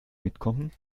mitkommen